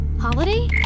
Holiday